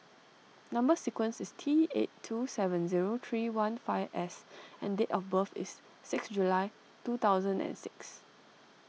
Number Sequence is T eight two seven zero three one five S and date of birth is six July two thousand and six